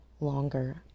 longer